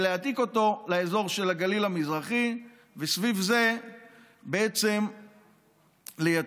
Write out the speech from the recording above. להעתיק אותו לאזור של הגליל המזרחי וסביב זה בעצם לייצר